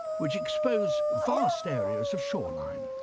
which expose vast areas of shoreline.